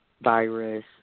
virus